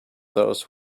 those